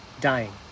dying